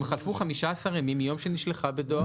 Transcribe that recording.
חלפו 15 ימים מיום שנשלחה בדואר רשום".